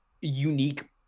unique